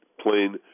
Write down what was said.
plain